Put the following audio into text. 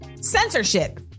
censorship